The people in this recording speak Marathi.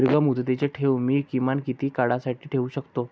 दीर्घमुदतीचे ठेव मी किमान किती काळासाठी ठेवू शकतो?